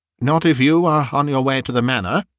not if you are on your way to the manor,